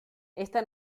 esta